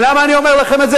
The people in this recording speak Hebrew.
למה אני אומר לכם את זה?